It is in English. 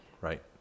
Right